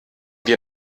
wir